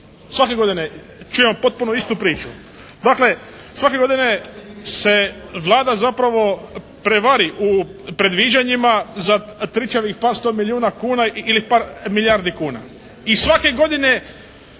Svake godine čujemo potpuno istu priču. Dakle svake godine se Vlada zapravo prevari u predviđanjima za tričavih parsto milijuna kuna ili milijardi kuna i svake godine